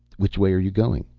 which way are you going?